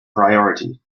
priority